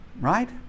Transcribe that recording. Right